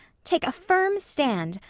take a firm stand.